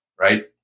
Right